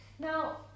Now